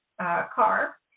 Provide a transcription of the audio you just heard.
car